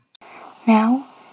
Now